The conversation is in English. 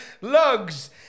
Lugs